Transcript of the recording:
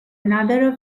another